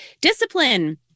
discipline